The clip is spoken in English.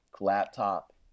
laptop